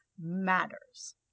matters